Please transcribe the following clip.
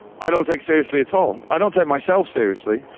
i don't take seriously at all, i don't take myself seriously,